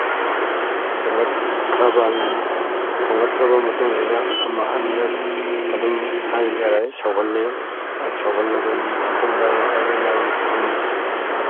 ꯊꯣꯡꯒꯠꯈ꯭ꯔꯕ ꯊꯣꯡꯒꯠꯈ꯭ꯔꯕ ꯃꯇꯨꯡꯁꯤꯗ ꯑꯃ ꯑꯅꯤꯔꯛ ꯑꯗꯨꯝ ꯍꯥꯏꯇꯥꯔꯦ ꯁꯧꯍꯟꯂꯦ ꯁꯧꯍꯟꯂꯕ ꯃꯇꯨꯡꯗ ꯉꯁꯥꯏꯒꯤ ꯃꯥꯒꯤ ꯊꯨꯝ